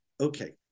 Okay